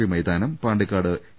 P മൈതാനം Pandikkad A